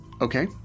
Okay